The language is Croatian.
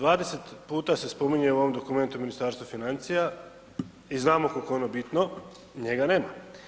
20 puta se spominje u ovom dokumentu Ministarstvo financija i znamo koliko je ono bitno, njega nema.